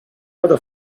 other